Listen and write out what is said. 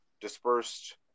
dispersed